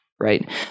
right